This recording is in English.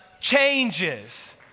changes